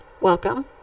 welcome